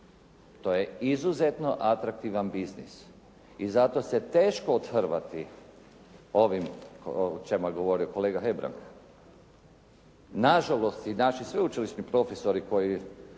To je izuzetno atraktivan biznis. I zato se teško othrvati ovim, o čemu je govorio kolega Hebrang, na žalost i naši sveučilišni profesori koji